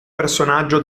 personaggio